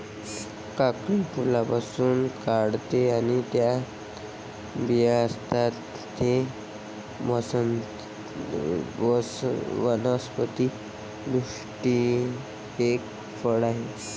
काकडी फुलांपासून वाढते आणि त्यात बिया असतात, ते वनस्पति दृष्ट्या एक फळ आहे